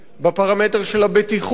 בפרמטר של הבטיחות.